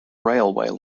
railway